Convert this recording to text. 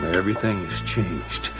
everything has changed.